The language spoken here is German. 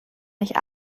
nicht